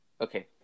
Okay